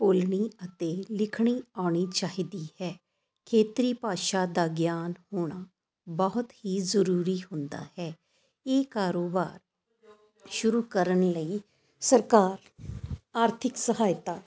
ਬੋਲਣੀ ਅਤੇ ਲਿਖਣੀ ਆਉਣੀ ਚਾਹੀਦੀ ਹੈ ਖੇਤਰੀ ਭਾਸ਼ਾ ਦਾ ਗਿਆਨ ਹੋਣਾ ਬਹੁਤ ਹੀ ਜ਼ਰੂਰੀ ਹੁੰਦਾ ਹੈ ਇਹ ਕਾਰੋਬਾਰ ਸ਼ੁਰੂ ਕਰਨ ਲਈ ਸਰਕਾਰ ਆਰਥਿਕ ਸਹਾਇਤਾ